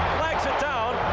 flags it down,